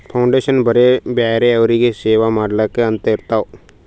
foundation ಬರೇ ಬ್ಯಾರೆ ಅವ್ರಿಗ್ ಸೇವಾ ಮಾಡ್ಲಾಕೆ ಅಂತೆ ಇರ್ತಾವ್